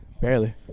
Barely